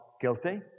guilty